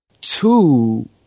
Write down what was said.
Two